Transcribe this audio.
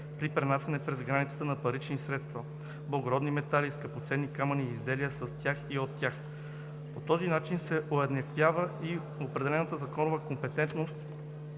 при пренасяне през границата на парични средства, благородни метали и скъпоценни камъни и изделия с тях и от тях. По този начин се уеднаквява и определената законова компетентност